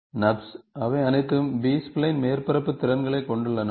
NURBS அவை அனைத்தும் B spline மேற்பரப்பு திறன்களைக் கொண்டுள்ளன